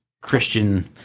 Christian